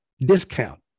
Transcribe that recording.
discount